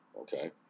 Okay